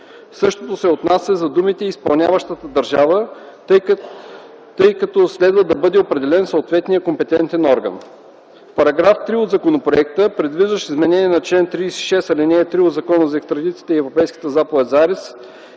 Същото се отнася за думите „изпълняващата държава”, тъй като следва да бъде определен съответният компетентен орган. В § 3 от законопроекта, предвиждащ изменение на чл. 36, ал. 3 от Закона за екстрадицията и Европейската заповед за арест,